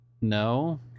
No